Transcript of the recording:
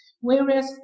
Whereas